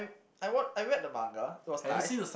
I wa~ I read the manga it was nice